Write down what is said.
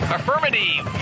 Affirmative